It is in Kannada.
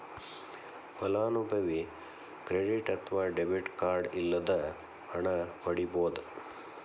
ಫಲಾನುಭವಿ ಕ್ರೆಡಿಟ್ ಅತ್ವ ಡೆಬಿಟ್ ಕಾರ್ಡ್ ಇಲ್ಲದ ಹಣನ ಪಡಿಬೋದ್